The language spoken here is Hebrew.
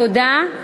תודה.